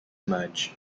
merge